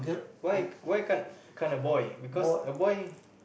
why why can't can't a boy because a boy